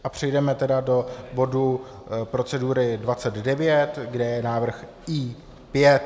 A přejdeme tedy do bodu procedury 29, kde je návrh I5.